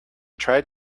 tried